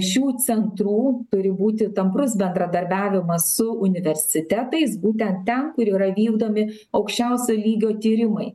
šių centrų turi būti tamprus bendradarbiavimas su universitetais būtent ten kur yra vykdomi aukščiausio lygio tyrimai